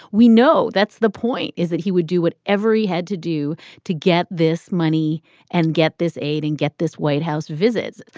we know that's the point, is that he would do what ever he had to do to get this money and get this aid and get this white house visits.